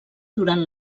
durant